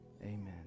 Amen